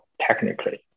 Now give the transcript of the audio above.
technically